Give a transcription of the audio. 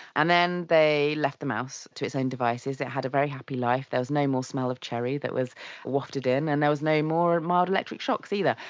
and then they left the mouse to its own devices, it had a very happy life, there was no more smell of cherry that was wafted in and there was no more mild electric shocks either.